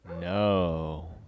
No